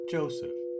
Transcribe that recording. Joseph